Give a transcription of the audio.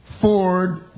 Ford